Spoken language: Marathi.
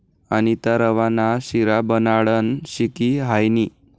अनीता रवा ना शिरा बनाडानं शिकी हायनी